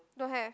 don't have